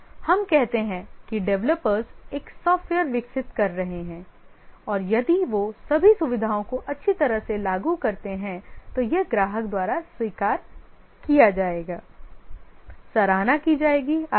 हम कहते हैं कि डेवलपर्स एक सॉफ्टवेयर विकसित कर रहे हैं और यदि वे सभी सुविधाओं को अच्छी तरह से लागू करते हैं तो यह ग्राहक द्वारा स्वीकार किया जाएगा सराहना की जाएगी आदि